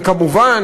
וכמובן,